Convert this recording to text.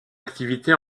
activité